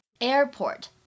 airport